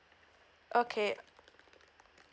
okay